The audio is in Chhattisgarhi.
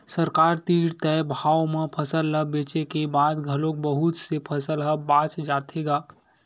सरकार तीर तय भाव म फसल ल बेचे के बाद घलोक बहुत से फसल ह बाच जाथे गा